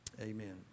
Amen